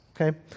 okay